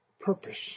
purpose